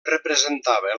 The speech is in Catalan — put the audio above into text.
representava